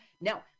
Now